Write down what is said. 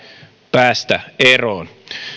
päästä eroon